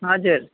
हजुर